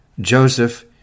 Joseph